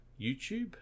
youtube